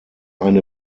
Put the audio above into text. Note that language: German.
eine